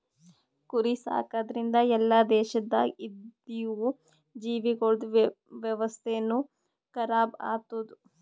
ಕುರಿ ಸಾಕದ್ರಿಂದ್ ಎಲ್ಲಾ ದೇಶದಾಗ್ ಇದ್ದಿವು ಜೀವಿಗೊಳ್ದ ವ್ಯವಸ್ಥೆನು ಖರಾಬ್ ಆತ್ತುದ್